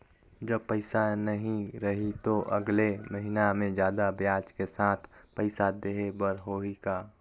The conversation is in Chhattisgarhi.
जब पइसा नहीं रही तो अगले महीना मे जादा ब्याज के साथ पइसा देहे बर होहि का?